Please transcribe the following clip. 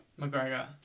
McGregor